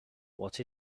what